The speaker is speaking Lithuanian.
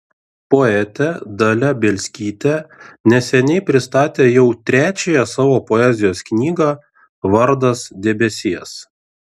poetė dalia bielskytė neseniai pristatė jau trečiąją savo poezijos knygą vardas debesies